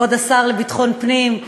כבוד השר לביטחון פנים,